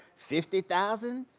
fifty thousand